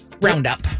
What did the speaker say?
roundup